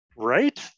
right